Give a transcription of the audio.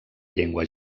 llengua